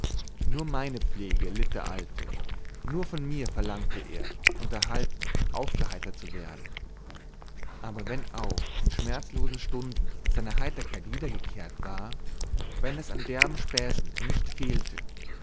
nur meine pflege litt der alte nur von mir verlangte er unterhalten aufgeheitert zu werden aber wenn auch in schmerzlosen stunden seiner heiterkeit wiedergekehrt war wenn es an derben späßen nicht fehlte